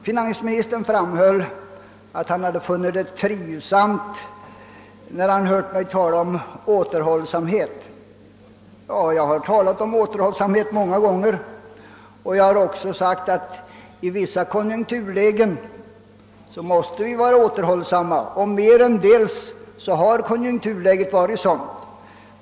Finansministern framhöll att han fann det trivsamt när han hörde mig tala om återhållsamhet. Ja, det har jag gjort många gånger. Jag har sagt att vi i vissa konjunkturlägen måste vara återhållsamma — merendels har konjunkturläget också varit sådant att detta varit nödvändigt.